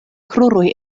kruroj